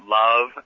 love